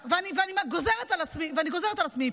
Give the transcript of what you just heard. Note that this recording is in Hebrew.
רגע, ואני גוזרת על עצמי איפוק.